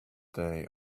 they